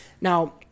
Now